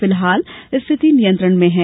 फिलहाल स्थिति नियंत्रण में है